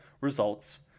results